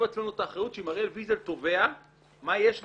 על עצמנו את האחריות שאם הראל ויזל תובע מה יש לנו.